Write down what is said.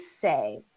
say